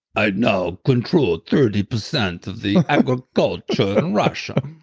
i now control thirty percent of the agriculture in russia,